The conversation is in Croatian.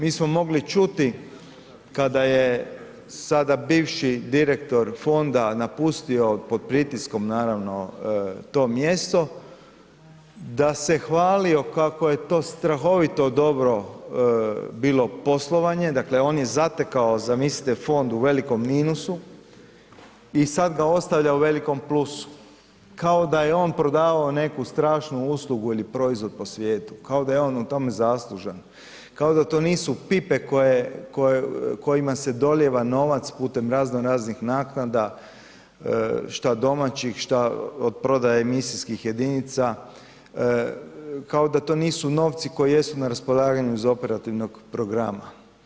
Mi smo mogli čuti kada je sada bivši direktor fonda napustio pod pritiskom naravno to mjesto, da se hvalio kako je to strahovito dobro bilo poslovanje, dakle on je zatekao zamislite fond u velikom minusu i sada ga ostavlja u velikom plusu, kao da je on prodavao neku strašnu uslugu ili proizvod po svijetu, kao da je on tome zaslužan, kao da to nisu pipe kojima se dolijeva novac putem raznoraznih naknada šta domaćih, šta od prodaje emisijskih jedinica, kao da to nisu novci koji jesu na raspolaganju za operativnog programa.